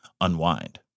unwind